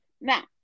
Now